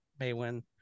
Maywin